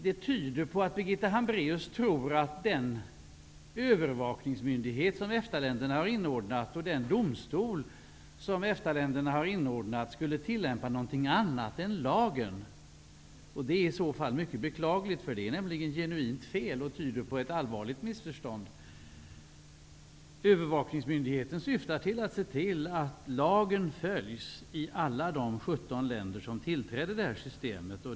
Begäran tyder på att Birgitta Hambraeus tror att den övervakningsmyndighet och den domstol som EFTA-länderna har inordnat skulle tillämpa någonting annat än lagen. Det är i så fall mycket beklagligt, för det är nämligen genuint fel, och det tyder på ett allvarligt missförstånd. Övervakningsmyndigheten syftar till att se till att lagen följs i alla de 17 länder som tillträder systemet.